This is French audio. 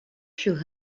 furent